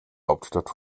hauptstadt